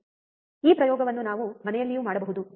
ಈ ಪ್ರಯೋಗವನ್ನು ನಾವು ಮನೆಯಲ್ಲಿಯೂ ಮಾಡಬಹುದು ಸರಿ